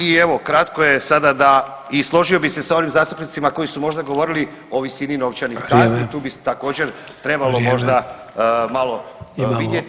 I evo kratko je sada da i složio bih se sa onim zastupnicima koji su možda govorili o visini novčanih kazni [[Upadica Sanader: Vrijeme.]] Tu bi također trebalo možda malo vidjeti